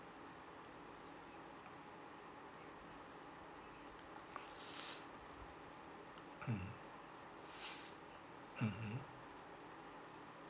mm mmhmm